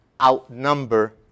outnumber